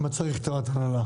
למה צריך ועדת הנהלה?